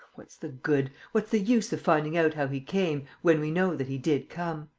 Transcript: what's the good? what's the use of finding out how he came, when we know that he did come?